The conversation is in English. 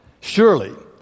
surely